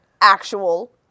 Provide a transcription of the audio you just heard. actual